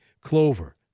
clover